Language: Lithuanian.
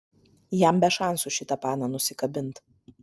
jam be šansų šitą paną nusikabint